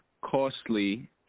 costly